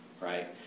right